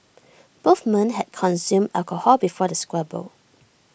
both men had consumed alcohol before the squabble